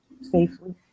safely